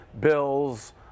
Bills